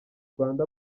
rwanda